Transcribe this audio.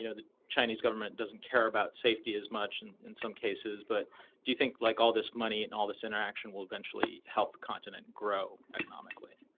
you know the chinese government doesn't care about safety as much in in some cases. but do you think like, all this money and all this interaction will eventually help the continent grow economically?